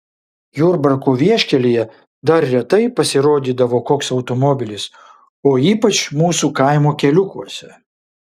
jurbarko vieškelyje dar retai pasirodydavo koks automobilis o ypač mūsų kaimo keliukuose